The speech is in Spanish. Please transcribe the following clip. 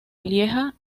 lieja